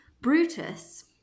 Brutus